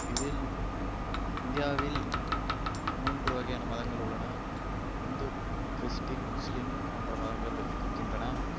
இதில் இந்தியாவில் மூன்று வகையான மதங்கள் உள்ளன இந்து கிறிஸ்டின் முஸ்லிம் போன்ற மதங்கள் இருக்கின்றன